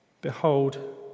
Behold